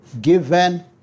given